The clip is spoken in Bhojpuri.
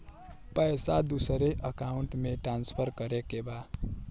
पैसा दूसरे अकाउंट में ट्रांसफर करें के बा?